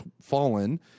fallen